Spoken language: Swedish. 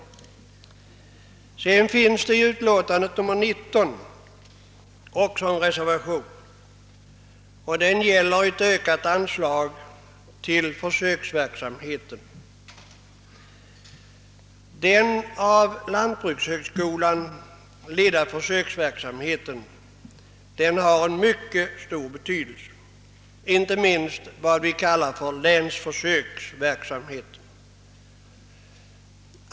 I jordbruksutskottets utlåtande nr 19 finns också en reservation, som gäller ett ökat anslag till försöksverksamheten. Den av lantbrukshögskolan ledda försöksverksamheten har en mycket stor betydelse; inte minst gäller detta vad vi kallar för länsförsöksverksamheten.